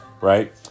right